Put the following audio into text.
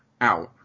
out